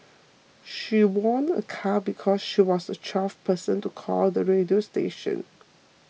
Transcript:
she won a car because she was the twelfth person to call the radio station